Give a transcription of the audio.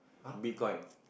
bitcoin